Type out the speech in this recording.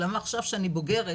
אז למה עכשיו כשאני בוגרת,